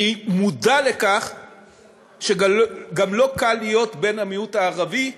אני מודע לכך שגם לא קל להיות בן המיעוט הערבי,